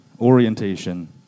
orientation